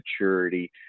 maturity